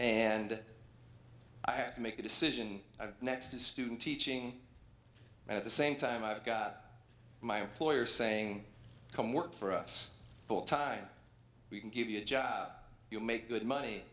and i have to make a decision next to student teaching at the same time i've got my employer saying come work for us full time we can give you a job you make good money